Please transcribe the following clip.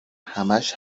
همش